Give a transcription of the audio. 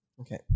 Okay